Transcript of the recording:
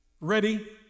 Ready